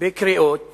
בקריאות